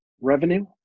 revenue